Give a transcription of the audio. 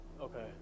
Okay